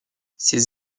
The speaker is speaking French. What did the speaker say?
ses